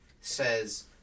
says